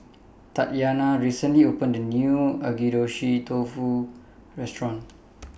Tatyana recently opened A New Agedashi Dofu Restaurant